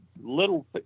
little